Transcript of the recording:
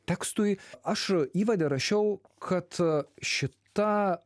tekstui aš įvade rašiau kad šita